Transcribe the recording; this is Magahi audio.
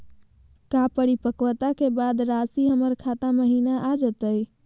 का परिपक्वता के बाद रासी हमर खाता महिना आ जइतई?